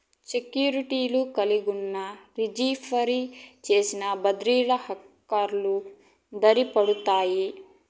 సెక్యూర్టీలు కలిగున్నా, రిజీ ఫరీ చేసి బద్రిర హర్కెలు దకలుపడతాయి